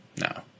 no